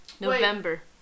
November